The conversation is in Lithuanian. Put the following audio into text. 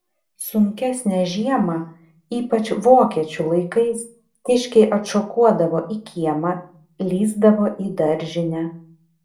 sunkesnę žiemą ypač vokiečių laikais kiškiai atšokuodavo į kiemą lįsdavo į daržinę